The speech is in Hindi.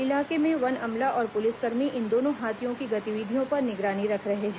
इलाके में वन अमला और पुलिसकर्मी इन दोनों हाथियों की गतिविधियों पर निगरानी रख रहे हैं